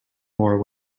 more